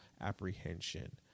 Apprehension